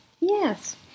Yes